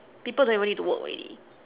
people don't even need to work already